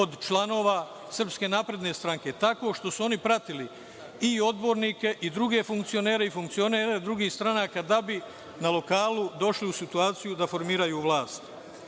od članova SNS, tako što su oni pratili i odbornike i druge funkcionere i funkcionere drugih stranaka da bi na lokalu došli u situaciju da formiraju vlast. Šta